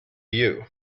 you